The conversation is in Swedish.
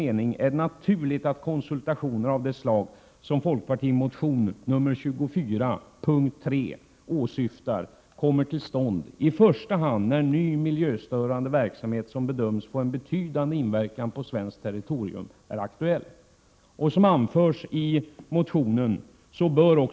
Det är naturligt att konsultationer av det slag som folkpartimotionen nr 24 punkt 3 åsyftar kommer till stånd i första hand då nya miljöstörande verksamheter som bedöms få betydande inverkan på svenskt territorium blir aktuella.